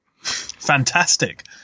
Fantastic